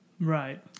Right